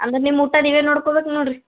ಅಂದ್ರೆ ನಿಮ್ಮ ಊಟ ನೀವೇ ನೋಡ್ಕೋಬೇಕು ನೋಡ್ರಿ